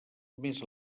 més